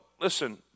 listen